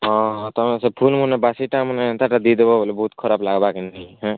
ହଁ ହଁ ତୁମେ ସେ ଫୁଲ୍ମାନେ ବାସୀଟା ମାନେ ଏନ୍ତାଟା ଦେଇଦେବ ବୋଲେ ବହୁତ୍ ଖରାପ୍ ଲାଗ୍ବାର୍କେ ନାଇ ହେଁ